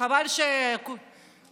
חבל שהוא הלך.